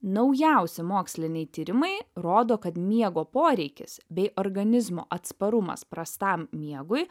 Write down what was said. naujausi moksliniai tyrimai rodo kad miego poreikis bei organizmo atsparumas prastam miegui